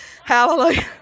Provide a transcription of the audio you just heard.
Hallelujah